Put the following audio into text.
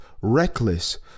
reckless